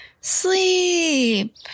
sleep